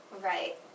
right